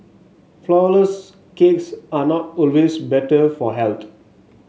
flour less cakes are not always better for health